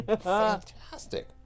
fantastic